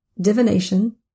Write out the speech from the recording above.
Divination